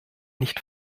nicht